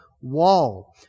wall